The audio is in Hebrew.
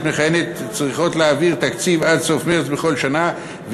המכהנות צריכות להעביר תקציב עד סוף מרס בכל שנה,